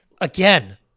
again